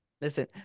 listen